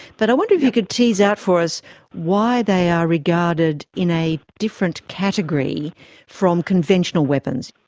but i wonder if you could tease out for us why they are regarded in a different category from conventional weapons?